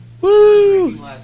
Woo